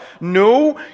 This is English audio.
No